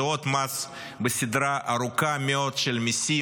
זה עוד מס בסדרה ארוכה מאוד של מיסים